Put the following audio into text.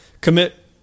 commit